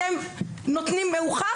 אתם נותנים מאוחר?